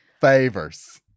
favors